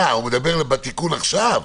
אה, הוא מדבר על התיקון עכשיו?